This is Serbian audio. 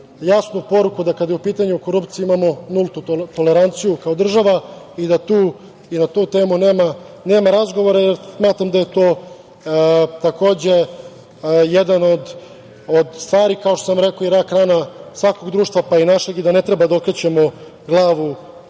jasnu poruku da kada je u pitanju korupcija imamo nultu tolerancija kao država i na tu temu nema razgovora. Smatram da je to, takođe, jedan od stvari, kao što sam i rekao, i rak rana svakog društva, pa i našeg i da ne treba da okrećemo glavu